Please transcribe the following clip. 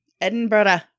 Edinburgh